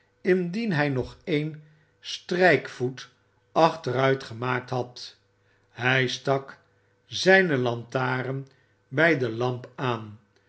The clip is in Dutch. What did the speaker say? indien hij nog één strijkvoet achteruit gemaakt had hij stak zijne lantaren bij de lamp aan